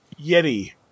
Yeti